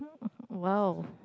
!wow!